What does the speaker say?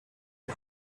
est